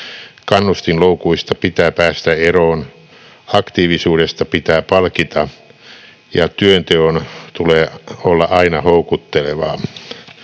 Kannustinloukuista pitää päästä eroon, aktiivisuudesta pitää palkita, ja työnteon tulee olla aina houkuttelevaa.